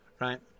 right